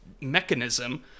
mechanism